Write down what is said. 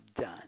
done